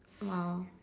!wow!